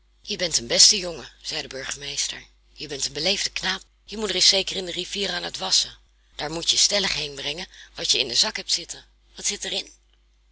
je bent een beste jongen zei de burgemeester je bent een beleefde knaap je moeder is zeker in de rivier aan het wasschen daar moet je stellig heen brengen wat je in den zak hebt zitten wat zit er